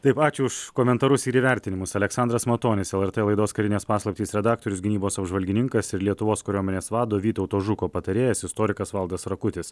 taip ačiū už komentarus ir įvertinimus aleksandras matonis lrt laidos karinės paslaptys redaktorius gynybos apžvalgininkas ir lietuvos kariuomenės vado vytauto žuko patarėjas istorikas valdas rakutis